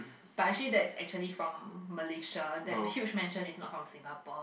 but actually that is actually from Malaysia that huge mansion is not from Singapore